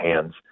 hands